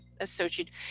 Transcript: associated